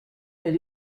elle